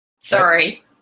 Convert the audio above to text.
Sorry